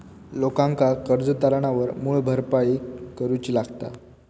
लोकांका कर्ज तारणावर मूळ भरपाई करूची लागता